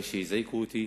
הזעיקו אותי,